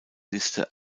liste